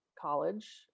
college